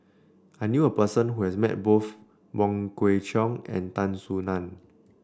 I knew a person who has met both Wong Kwei Cheong and Tan Soo Nan